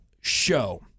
show